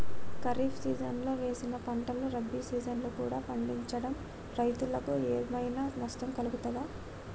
ఖరీఫ్ సీజన్లో వేసిన పంటలు రబీ సీజన్లో కూడా పండించడం రైతులకు ఏమైనా నష్టం కలుగుతదా?